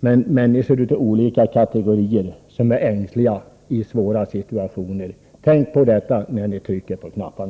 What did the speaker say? människor, människor av olika kategorier, som är ängsliga i svåra situationer. Tänk på detta när ni trycker på knapparna!